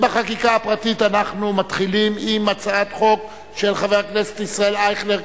בחקיקה הפרטית אנחנו מתחילים עם הצעת חוק של חבר הכנסת ישראל אייכלר,